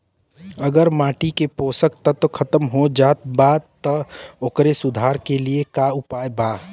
अगर माटी के पोषक तत्व खत्म हो जात बा त ओकरे सुधार के लिए का उपाय बा?